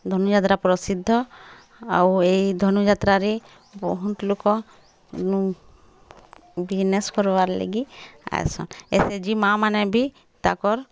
ଧନୁଯାତ୍ରା ପ୍ରସିଦ୍ଧ ଆଉ ଏହି ଧନୁଯାତ୍ରାରେ ବହୁତ୍ ଲୋକ ବିଜ୍ନେସ୍ କର୍ବାର୍ ଲାଗି ଆଏସନ୍ ଏସ୍ ଏଚ୍ ଜି ମାଆ ମାନେ ବି ତାଙ୍କର୍